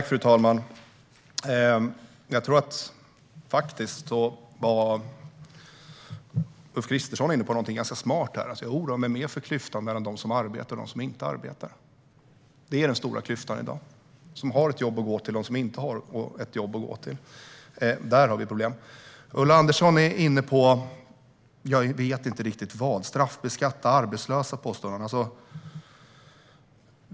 Fru talman! Jag tror att Ulf Kristersson tidigare var inne på någonting ganska smart. Jag oroar mig mer för klyftan mellan dem som arbetar och dem som inte arbetar. Det är den stora klyftan i dag, alltså mellan dem som har ett jobb att gå till och dem som inte har ett jobb att gå till. Där har vi problem. Jag vet inte riktigt vad Ulla Andersson är inne på. Hon påstår att vi vill straffbeskatta arbetslösa.